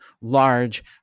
large